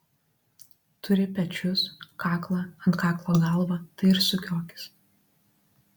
turi pečius kaklą ant kaklo galvą tai ir sukiokis